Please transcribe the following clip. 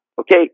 Okay